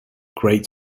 great